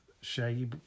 Shaggy